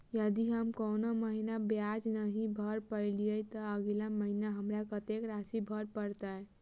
यदि हम कोनो महीना ब्याज नहि भर पेलीअइ, तऽ अगिला महीना हमरा कत्तेक राशि भर पड़तय?